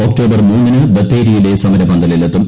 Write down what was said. October മൂന്നിന് ബത്തേരിയിലെ സമരപന്തലിലെത്തും